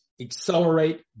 Accelerate